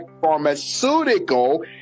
pharmaceutical